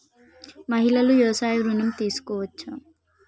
మహిళలు వ్యవసాయ ఋణం తీసుకోవచ్చా?